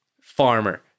farmer